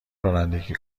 رانندگی